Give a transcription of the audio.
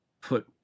put